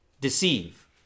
deceive